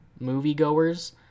moviegoers